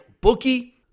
Bookie